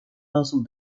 nasıl